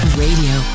radio